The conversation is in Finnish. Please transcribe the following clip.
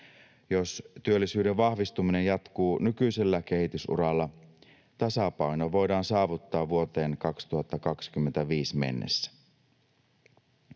Jos työllisyyden vahvistuminen jatkuu nykyisellä kehitysuralla, tasapaino voidaan saavuttaa vuoteen 2025 mennessä.